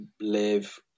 live